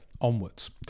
onwards